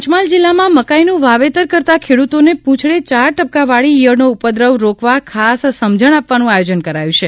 પંચમહાલ જીલ્લામાં મકાઇનું વાવેતર કરતા ખેડૂતોને પુંછડે ચાર ટપકાં વાળી ઇથળનો ઉપદ્રવ રોકવા ખાસ સમજણ આપવાનું આયોજન કરાયું છે